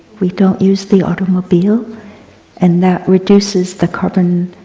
we don't use the automobile and that reduces the carbon